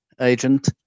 agent